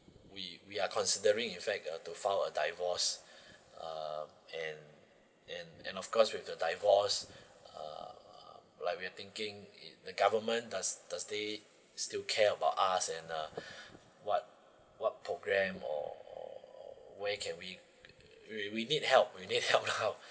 we we are considering in fact uh to file a divorce uh and and of course with the divorce uh like we're thinking if the government does does they still care about us and uh what what program or or or where can we we we need help we need help now